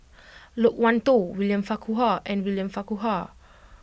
Loke Wan Tho William Farquhar and William Farquhar